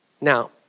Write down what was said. Now